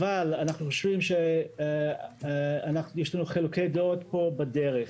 אבל אנחנו חושבים שיש לנו חילוקי דעות פה בדרך.